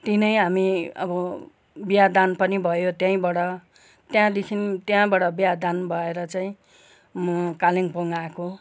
त्यहीँ नै हामी अब बिहादान पनि भयो त्यहीँबाट त्यहाँदेखि त्यहाँबाट बिहादान भएर चाहिँ म कालिम्पोङ आएको